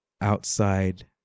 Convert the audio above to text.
Outside